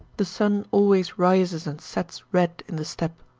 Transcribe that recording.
the sun always rises and sets red in the steppe.